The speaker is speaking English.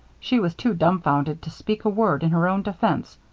she was too dumbfounded to speak a word in her own defense.